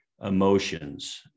emotions